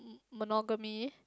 monogamy